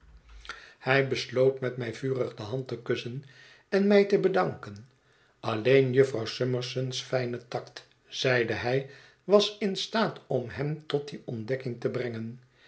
hij besloot met mij vurig de hand te kussen en mij te bedanken alleen jufvrouw summerson's fijne tact zeide hij was in staat om hem tot die ontdekking te brengen